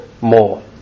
more